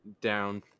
down